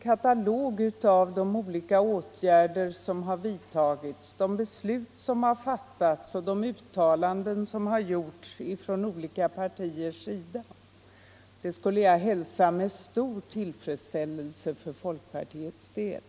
katalog över de olika åtgärder som har vidtagits, de beslut som har fattats och de uttalanden som har gjorts från olika partiers sida skulle jag hälsa med stor tillfredsställelse för folkpartiets del.